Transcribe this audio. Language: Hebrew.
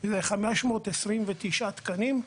ו-529 תקנים.